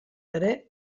ere